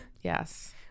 yes